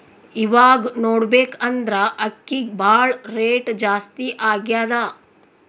ಇವಾಗ್ ನೋಡ್ಬೇಕ್ ಅಂದ್ರ ಅಕ್ಕಿಗ್ ಭಾಳ್ ರೇಟ್ ಜಾಸ್ತಿ ಆಗ್ಯಾದ